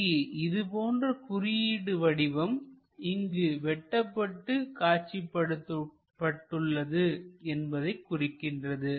இங்கு இது போன்ற குறியீடு வடிவம் இங்கு வெட்டப்பட்டு காட்சிப்படுத்தப்பட்டுள்ளது என்பதைக் குறிக்கின்றது